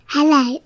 Hello